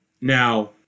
Now